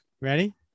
Ready